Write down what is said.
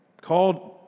called